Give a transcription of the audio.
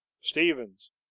stevens